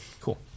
cool